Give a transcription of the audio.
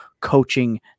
coaching